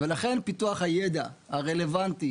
לכן פיתוח הידע הרלוונטי,